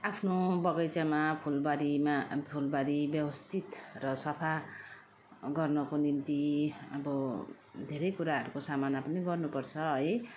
आफ्नो बगैँचामा फुलबारीमा फुलबारी व्यवस्थित र सफा गर्नको निम्ति अब धेरै कुराहरूको सामना पनि गर्नु पर्छ है